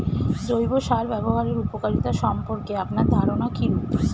জৈব সার ব্যাবহারের উপকারিতা সম্পর্কে আপনার ধারনা কীরূপ?